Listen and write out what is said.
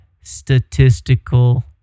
statistical